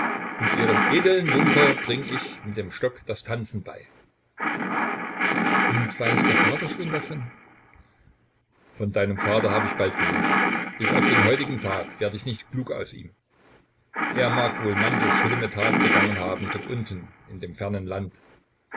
und ihren edeln junkern bring ich mit dem stock das tanzen bei und weiß der vater schon davon von deinem vater hab ich bald genug bis auf den heutigen tag werd ich nicht klug aus ihm er mag wohl manche schlimme tat begangen haben dort unten in dem fernen land